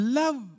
love